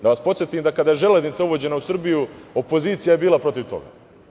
Da vas podsetim da kada je železnica uvođena u Srbiju, opozicija je bila protiv toga.